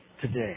today